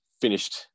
finished